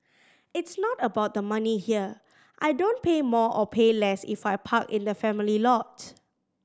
it's not about the money here I don't pay more or pay less if I park in the family lot